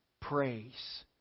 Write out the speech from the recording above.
Praise